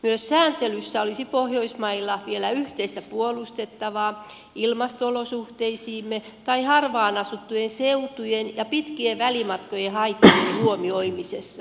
myös sääntelyssä olisi pohjoismailla vielä yhteistä puolustettavaa ilmasto olosuhteittemme tai harvaan asuttujen seutujen ja pitkien välimatkojen haittojen huomioimisessa